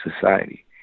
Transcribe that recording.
society